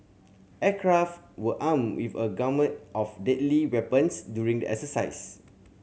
aircraft were armed with a gamut of deadly weapons during the exercise